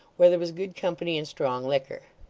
where there was good company and strong liquor.